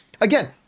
again